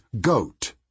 goat